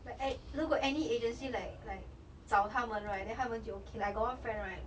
like a~ like any agency like like 找他们 right then 他们就 okay like I got one friend right